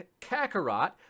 kakarot